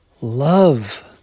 love